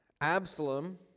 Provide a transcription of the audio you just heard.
Absalom